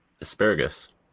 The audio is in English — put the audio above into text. asparagus